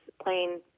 playing